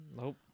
Nope